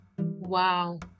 Wow